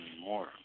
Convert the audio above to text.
more